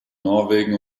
norwegen